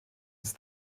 ist